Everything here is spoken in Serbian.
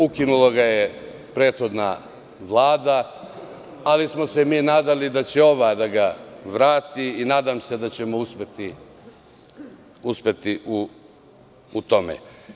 Ukinula ga je prethodna Vlada, ali smo se mi nadali da će ova da ga vrati i nadam se da ćemo uspeti u tome.